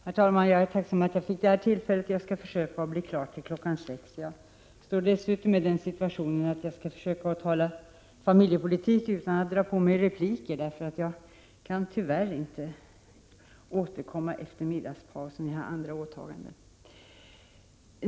Herr talman! Jag är tacksam att jag får det här tillfället och jag skall försöka bli klar till klockan 18.00. Jag är dessutom i den situationen att jag skall tala familjepolitik utan att dra på mig några repliker, eftersom jag tyvärr har andra åtaganden efter middagspausen och inte kan återkomma.